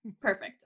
Perfect